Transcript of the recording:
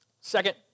Second